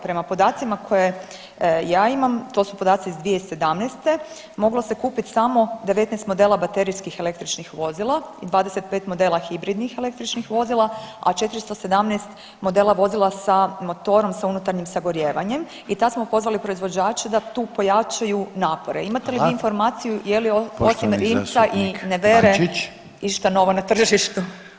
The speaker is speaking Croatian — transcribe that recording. Prema podacima koje ja imam, to su podaci iz 2017., moglo se kupiti samo 19 modela baterijskih električnih vozila i 25 modela hibridnih električnih vozila, a 417 modela vozila sa motorom sa unutarnjih sagorijevanjem i tad smo pozvali proizvođače da tu pojačaju napore [[Upadica: Hvala.]] Imate li vi informaciju je li osim Rimca [[Upadica: Poštovani zastupnik Bačić.]] i Nevere išta novo na tržištu?